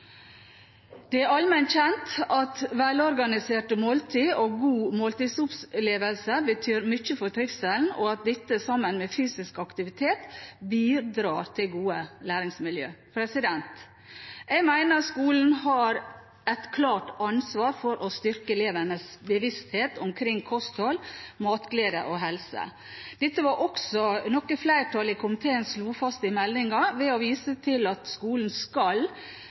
Det er allment kjent at velorganiserte måltider og gode måltidsopplevelser betyr mye for trivselen, og at dette – sammen med fysisk aktivitet – bidrar til gode læringsmiljø. Jeg mener skolen har et klart ansvar for å styrke elevenes bevissthet omkring kosthold, matglede og helse. Dette var også noe flertallet i komiteen slo fast ved behandlingen av meldingen, ved å vise til at skolen ifølge opplæringsloven skal